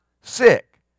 sick